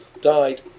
died